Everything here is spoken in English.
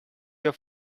your